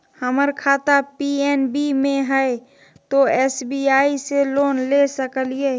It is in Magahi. हमर खाता पी.एन.बी मे हय, तो एस.बी.आई से लोन ले सकलिए?